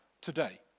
today